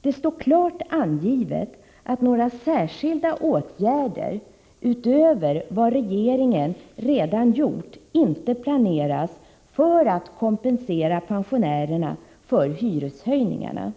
Det står klart angivet att — ,ärer några särskilda åtgärder utöver vad regeringen redan gjort inte planeras för att kompensera pensionärerna för hyreshöjningarna.